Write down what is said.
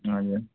हजुर